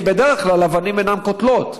כי בדרך כלל אבנים אינן קוטלות,